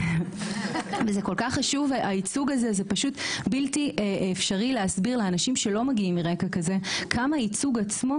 זה בלתי אפשרי להסביר לאנשים שלא מגיעים מרקע כזה כמה הייצוג עצמו